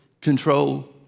control